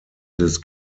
this